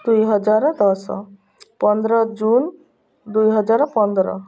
ଦୁଇ ହଜାର ଦଶ ପନ୍ଦର ଜୁନ୍ ଦୁଇ ହଜାର ପନ୍ଦର